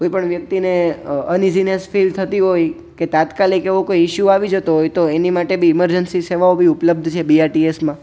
કોઈ પણ વ્યક્તિને અનઈઝીનેસ ફીલ થતી હોય કે તાત્કાલિક એવો કોઈ ઇસ્યુ આવી જતો હોય તો એની માટે બી ઇમરજન્સી સેવાઓ ઉપલબ્ધ બીઆરટીએસ માં